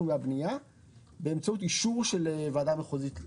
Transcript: והבנייה באמצעות אישור של ועדה מחוזית,